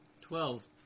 Twelve